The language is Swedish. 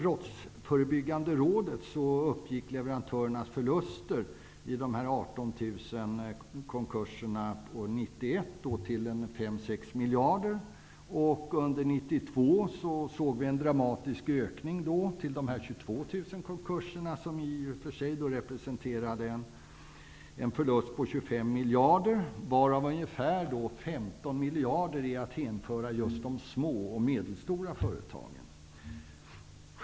konkurserna under 1991 till ca 5 -- 6 miljarder. Under 1992 skedde det alltså en dramatisk ökning till närmare ca 22 000 konkurserna, som representerade förluster på 25 miljarder, varav ungefär 15 miljarder är att hänföra till just de små och medelstora företagen.